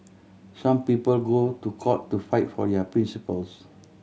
some people go to court to fight for their principles